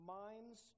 minds